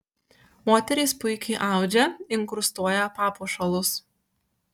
moterys puikiai audžia inkrustuoja papuošalus